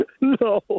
no